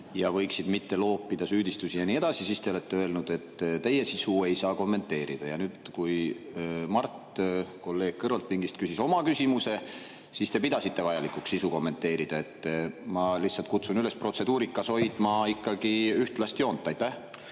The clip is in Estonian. võiksid mitte loopida süüdistusi ja nii edasi, öelnud, et teie sisu ei saa kommenteerida. Ja nüüd kui Mart, kolleeg kõrvaltpingist, küsis oma küsimuse, siis te pidasite vajalikuks sisu kommenteerida. Ma lihtsalt kutsun üles hoidma protseduurikas ühtlast joont. Aitäh!